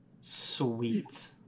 Sweet